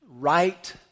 Right